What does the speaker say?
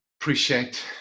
appreciate